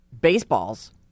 baseballs